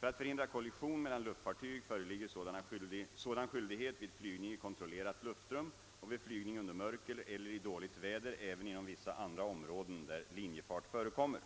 För att förhindra kollision mellan luftfartyg föreligger sådan skyldighet vid flygning i kontrollerat luftrum och vid flygning under mörker eller i dåligt väder även inom vissa andra områden där linjefart förekommer.